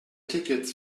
tickets